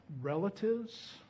relatives